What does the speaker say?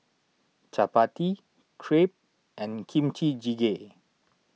Chapati Crepe and Kimchi Jjigae